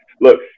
look